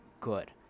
good